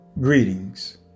Greetings